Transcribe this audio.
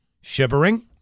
shivering